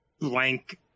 blank